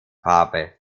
farbe